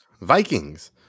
Vikings